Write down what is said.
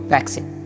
Vaccine